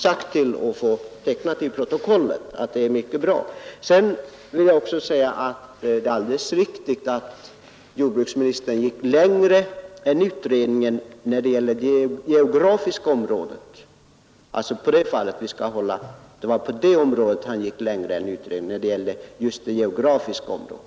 Jag vill få antecknat till protokollet att detta är mycket bra. Jag vill också säga att det är alldeles riktigt att jordbruksministern i ett avseende gick längre än utredningen, nämligen när det gällde det geografiska området.